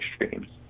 extremes